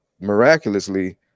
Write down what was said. miraculously